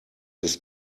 ist